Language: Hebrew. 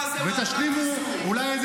באיזו